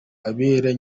abere